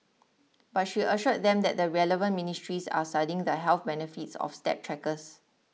but she assured them that the relevant ministries are studying the health benefits of step trackers